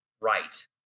right